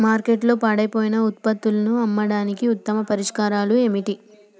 మార్కెట్లో పాడైపోయిన ఉత్పత్తులను అమ్మడానికి ఉత్తమ పరిష్కారాలు ఏమిటి?